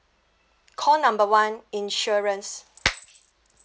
call number one insurance